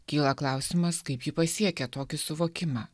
kyla klausimas kaip ji pasiekia tokį suvokimą